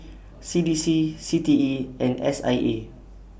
C D C C T E and S I E